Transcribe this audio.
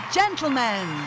gentlemen